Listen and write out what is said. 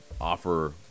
offer